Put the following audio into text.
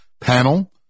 panel